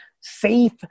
safe